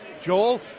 Joel